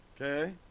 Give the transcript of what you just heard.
Okay